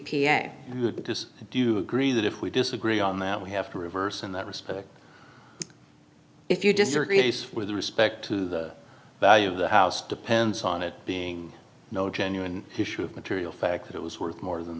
a do you agree that if we disagree on that we have to reverse in that respect if you disagree ace with respect to the value of the house depends on it being no genuine issue of material fact it was worth more than